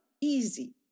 easy